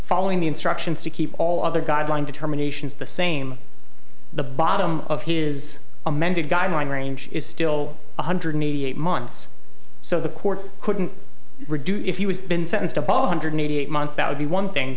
following the instructions to keep all other guideline determinations the same the bottom of his amended guideline range is still one hundred eighty eight months so the court couldn't reduce if he was been sentenced above hundred eighty eight months that would be one thing